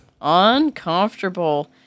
uncomfortable